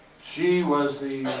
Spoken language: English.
she was the,